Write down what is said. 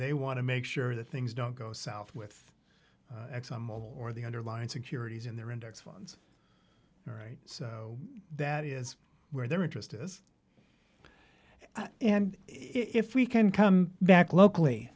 they want to make sure that things don't go south with exxon mobile or the underlying securities in their index funds all right so that is where their interest is and if we can come back locally